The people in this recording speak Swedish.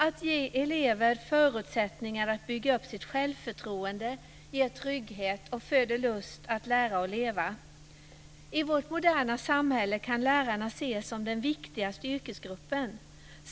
Att ge elever förutsättningar att bygga upp sitt självförtroende ger trygghet och föder lust att lära och leva. I vårt moderna samhälle kan lärarna ses som den viktigaste yrkesgruppen.